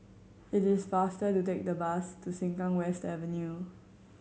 it is faster to take the bus to Sengkang West Avenue